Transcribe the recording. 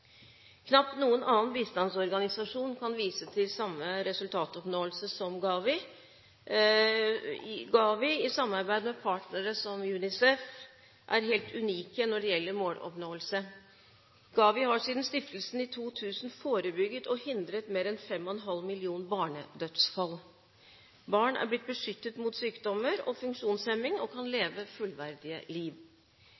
Knapt noen annen bistandsorganisasjon kan vise til samme resultatoppnåelse som GAVI. GAVI – i samarbeid med partnere som bl.a. UNICEF – er helt unik når det gjelder måloppnåelse. GAVI har siden stiftelsen i 2000 forebygget og hindret mer enn fem og en halv millioner barnedødsfall. Barn er blitt beskyttet mot sykdommer og funksjonshemming og kan